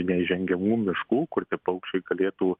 neįžengiamų miškų kur tie paukščiai galėtų